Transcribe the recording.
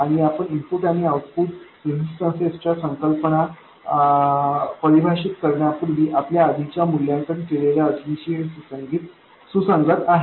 आणि आपण इनपुट आणि आउटपुट रेजिस्टन्सेसच्या संकल्पना परिभाषित करण्यापूर्वी आपल्या आधीच्या मूल्यांकन केलेल्या अटींशी हे सुसंगत आहे